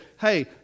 hey